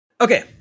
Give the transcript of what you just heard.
okay